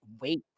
wait